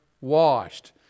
washed